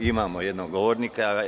Imamo jednog govornika.